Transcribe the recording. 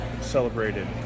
celebrated